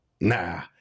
nah